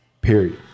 Period